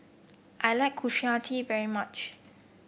I like Kushiyaki very much